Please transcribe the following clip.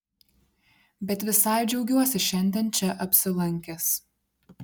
bet visai džiaugiuosi šiandien čia apsilankęs